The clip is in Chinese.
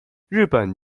日本